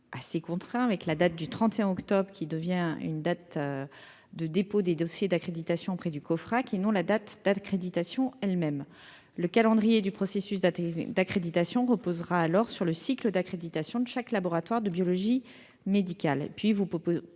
assez contraint. La date du 31 octobre deviendrait celle du dépôt des dossiers d'accréditation auprès du Cofrac, et non la date d'accréditation elle-même. Le calendrier du processus d'accréditation reposerait alors sur le cycle d'accréditation de chaque laboratoire de biologie médicale.